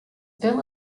bill